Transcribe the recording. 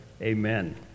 Amen